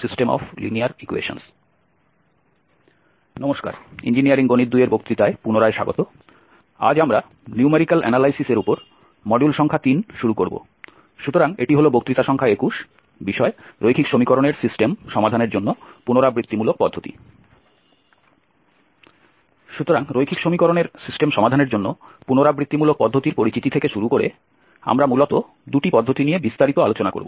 সুতরাং রৈখিক সমীকরণের সিস্টেম সমাধানের জন্য পুনরাবৃত্তিমূলক পদ্ধতির পরিচিতি থেকে শুরু করে আমরা মূলত দুটি পদ্ধতি নিয়ে বিস্তারিত আলোচনা করব